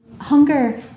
Hunger